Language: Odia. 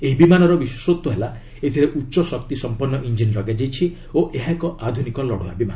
ଏହି ବିମାନର ବିଶେଷତ୍ୱ ହେଲା ଏଥିରେ ଉଚ୍ଚ ଶକ୍ତିସମ୍ପନ୍ ଇଞ୍ଜିନ ଲଗାଯାଇଛି ଓ ଏହା ଏକ ଆଧୁନିକ ଲଢୁଆ ବିମାନ